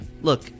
look